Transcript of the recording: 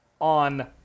on